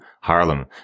Harlem